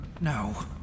No